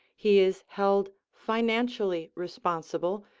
he is held financially responsible,